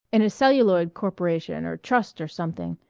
in a celluloid corporation or trust or something.